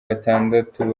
batandatu